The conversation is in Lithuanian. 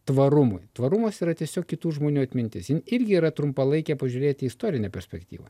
tvarumui tvarumas yra tiesiog kitų žmonių atmintis jin irgi yra trumpalaikė pažiūrėti į istorinę perspektyvą